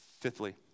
Fifthly